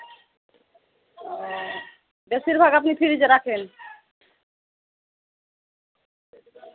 ও বেশিরভাগ আপনি ফ্রিজে রাখেন